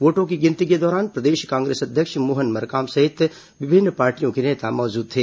वोटों की गिनती के दौरान प्रदेश कांग्रेस अध्यक्ष मोहन मरकाम सहित विभिन्न पार्टियों के नेता मौजूद थे